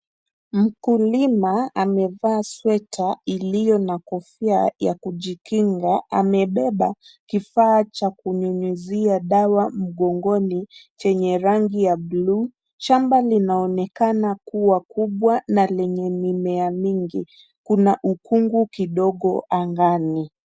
Mkulima amevaa sweta iliyo na kofia ya kujikinga. Amebeba kifaa cha kunyunyuzia dawa mgongoni chenye rangi ya buluu. Shamba inaonekana kuwa kubwa na lenye mimea mingi. Kuna ukungu kidogo angani.